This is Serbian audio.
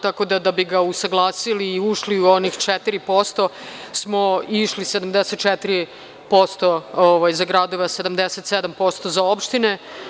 Tako da, da bi ga usaglasili i ušli u onih 4%, mi smo išli 74% za gradove, a 77% za opštine.